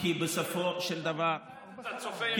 ומתי אתה צופה ירידה,